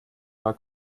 war